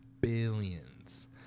billions